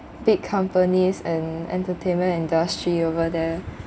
big companies and entertainment industry over there